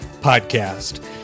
Podcast